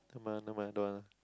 never mind never mind don't want ah